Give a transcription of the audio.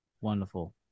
Wonderful